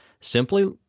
Simply